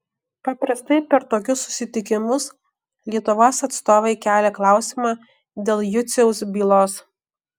paprastai per tokius susitikimus lietuvos atstovai kelia klausimą dėl juciaus bylos